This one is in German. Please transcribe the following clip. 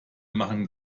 machen